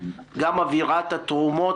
גם אווירת התרומות,